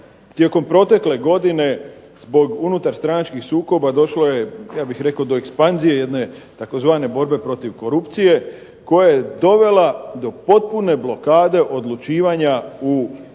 tijekom protekle godine zbog unutar stranačkih sukoba došlo je ja bih rekao do ekspanzije jedne tzv. borbe protiv korupcije koja je dovela do potpune blokade odlučivanja u